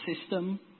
system